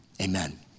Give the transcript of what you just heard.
Amen